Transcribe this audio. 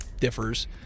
differs